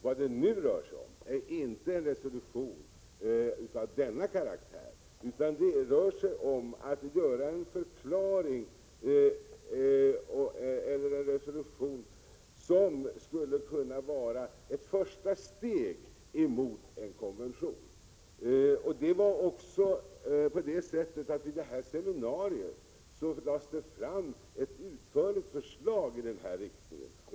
Vad det nu rör sig om är inte en resolution av denna karaktär utan om att göra en förklaring — eller resolution — som skulle kunna vara ett första steg mot en konvention. Vid det seminarium jag talade om lades det fram ett utförligt förslag i den riktningen.